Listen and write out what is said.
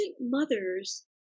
mothers